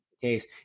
case